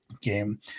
Game